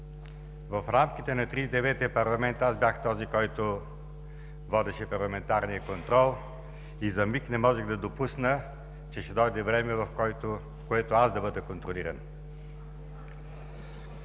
и деветия парламент аз бях този, който водеше парламентарния контрол и за миг не можех да допусна, че ще дойде време, в което аз да бъда контролиран.